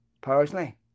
personally